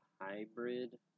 hybrid